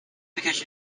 because